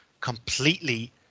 Completely